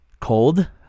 cold